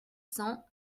cents